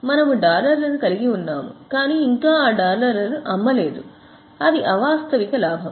మనము డాలర్లను కలిగి ఉన్నాము కాని ఇంకా ఆ డాలర్లను అమ్మలేదు అది అవాస్తవిక లాభం